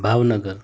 Bhavnagar